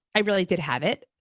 i really did have it.